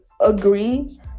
agree